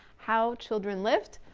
how children lived.